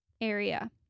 area